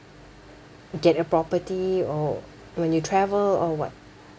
get a property or when you travel or what